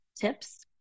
tips